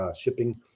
shipping